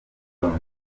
zombi